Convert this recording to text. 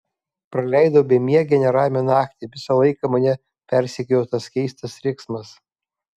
praleidau bemiegę neramią naktį visą laiką mane persekiojo tas keistas riksmas